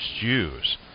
Jews